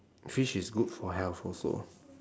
fish is good for health also